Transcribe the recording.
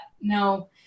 no